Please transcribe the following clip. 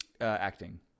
Acting